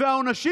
והעונשים?